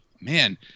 Man